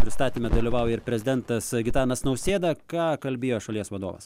pristatyme dalyvauja ir prezidentas gitanas nausėda ką kalbėjo šalies vadovas